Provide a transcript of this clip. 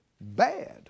bad